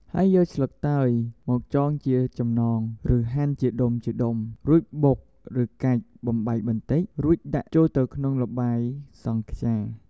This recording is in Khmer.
ហើយយកស្លឹកតើយមកចងជាចំណង ឬហាន់ជាដុំៗ រួចបុកឬកាច់បំបែកបន្តិច រួចដាក់ចូលទៅក្នុងល្បាយសង់ខ្យា។